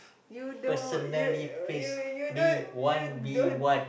you don't you you you don't you don't